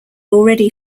already